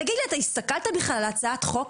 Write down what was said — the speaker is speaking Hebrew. תגיד לי, אתה הסתכלת בכלל על הצעת החוק?